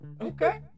Okay